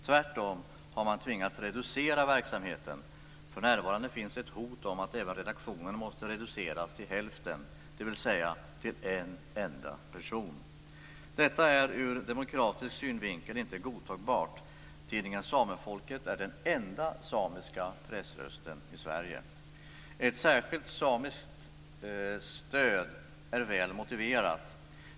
Tvärtom har man tvingats reducera verksamheten. För närvarande finns ett hot om att även redaktionen måste reduceras till hälften, dvs. till en enda person. Detta är ur demokratisk synvinkel inte godtagbart. Tidningen Samefolket är den enda samiska pressrösten i Sverige. Ett särskilt samiskt stöd är väl motiverat.